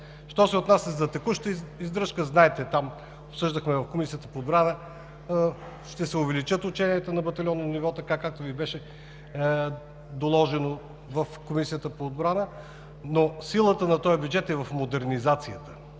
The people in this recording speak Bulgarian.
Що се отнася за текущата издръжка, знаете, обсъждахме в Комисията по отбрана, ще се увеличат ученията на батальонно ниво, както Ви беше доложено там, но силата на този бюджет е в модернизацията,